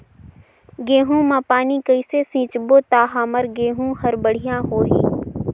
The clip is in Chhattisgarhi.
गहूं म पानी कइसे सिंचबो ता हमर गहूं हर बढ़िया होही?